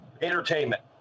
entertainment